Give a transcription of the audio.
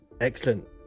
Excellent